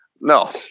no